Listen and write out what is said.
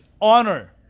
Honor